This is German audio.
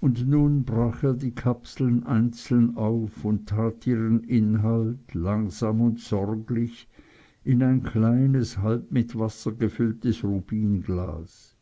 und nun brach er die kapseln einzeln auf und tat ihren inhalt langsam und sorglich in ein kleines halb mit wasser gefülltes rubinglas